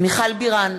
מיכל בירן,